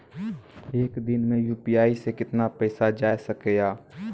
एक दिन मे यु.पी.आई से कितना पैसा जाय सके या?